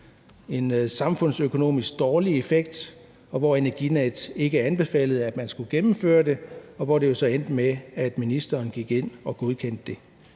en samfundsøkonomisk dårlig effekt, og hvor Energinet ikke anbefalede, at man skulle gennemføre det, men hvor det så endte med, at ministeren gik ind og godkendte det.